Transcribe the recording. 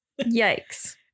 Yikes